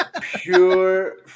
pure